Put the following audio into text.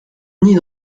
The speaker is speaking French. nid